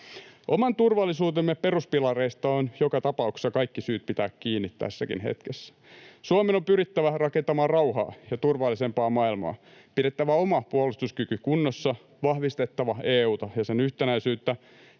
Oman turvallisuutemme peruspilareista on joka tapauksessa kaikki syyt pitää kiinni tässäkin hetkessä. Suomen on pyrittävä rakentamaan rauhaa ja turvallisempaa maailmaa, pidettävä oma puolustuskyky kunnossa, vahvistettava EU:ta ja sen yhtenäisyyttä,